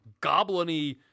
goblin-y